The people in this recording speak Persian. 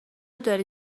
داری